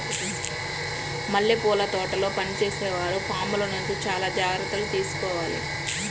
మల్లెపూల తోటల్లో పనిచేసే వారు పాముల నుంచి చాలా జాగ్రత్తలు తీసుకోవాలి